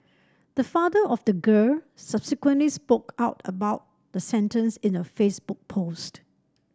the father of the girl subsequently spoke out about the sentence in a Facebook post